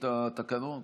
התקנות.